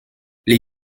les